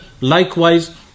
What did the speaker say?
Likewise